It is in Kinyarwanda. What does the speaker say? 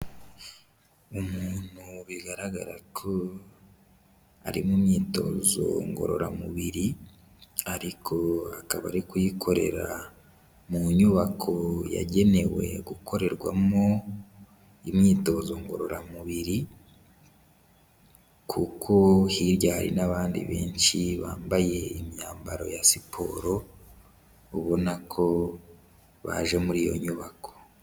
Umuntu bigaragara ko ari mu myitozo ngororamubiri ariko akaba ari kuyikorera mu nyubako yagenewe gukorerwamo imyitozo ngororamubiri kuko hirya hari n'abandi benshi bambaye imyambaro ya siporo, ubona ko baje muri iyo nyubako.